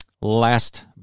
Last